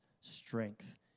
strength